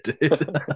dude